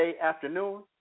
afternoon